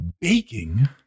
Baking